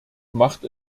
macht